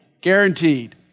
Guaranteed